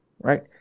Right